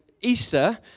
Easter